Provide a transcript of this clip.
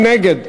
מי נגד?